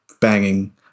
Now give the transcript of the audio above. banging